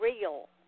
real